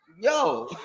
yo